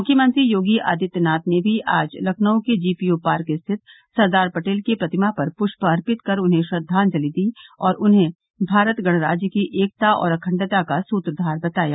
मुख्यमंत्री योगी आदित्यनाथ ने आज लखनऊ के जीपीओ पार्क स्थित सरदार पटेल की प्रतिमा पर पुष्प अर्पित कर उन्हें श्रद्वांजलि दी और उन्हें भारत गणराज्य की एकता और अखण्डता का सूत्रधार बताया